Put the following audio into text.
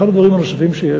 אחד הדברים הנוספים שיש,